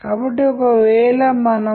ఇప్పుడు ఇది ఒక రకమైన పక్షపాతం